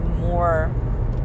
more